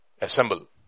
Assemble